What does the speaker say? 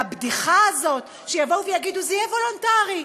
והבדיחה הזאת, שיגידו: זה יהיה וולונטרי,